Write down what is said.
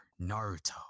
Naruto